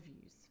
views